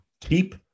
keep